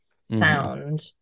sound